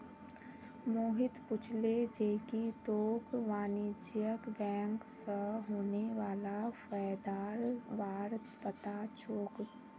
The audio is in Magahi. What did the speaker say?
मोहित पूछले जे की तोक वाणिज्यिक बैंक स होने वाला फयदार बार पता छोक